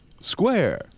square